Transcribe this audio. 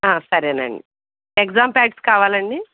సరేనండి exam pads కావాలా అండి